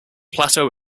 plateau